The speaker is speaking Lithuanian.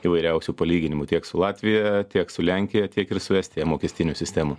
įvairiausių palyginimų tiek su latvija tiek su lenkija tiek ir su estija mokestinių sistemų